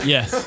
Yes